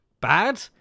bad